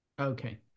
okay